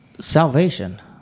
salvation